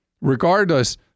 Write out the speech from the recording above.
regardless